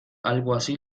alguacil